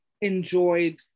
enjoyed